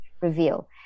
reveal